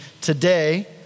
today